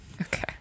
Okay